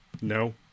No